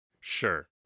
Sure